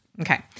Okay